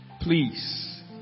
Please